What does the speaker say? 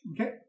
Okay